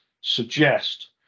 suggest